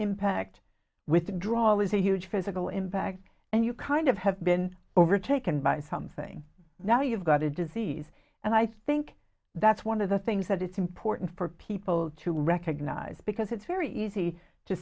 impact withdrawal is a huge physical impact and you kind of have been overtaken by something now you've got a disease and i think that's one of the things that it's important for people to recognise because it's very easy to